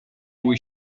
bój